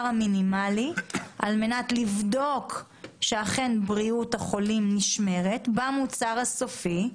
המינימאלי על מנת לבדוק שאכן בריאות החולים נשמרת במוצר הסופי.